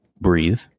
breathe